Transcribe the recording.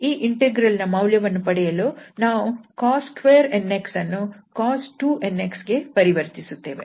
ಈ ಇಂಟೆಗ್ರಲ್ ನ ಮೌಲ್ಯವನ್ನು ಪಡೆಯಲು ನಾವು cos2 𝑛𝑥 ಅನ್ನು cos 2𝑛𝑥 ಗೆ ಪರಿವರ್ತಿಸುತ್ತೇವೆ